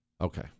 Okay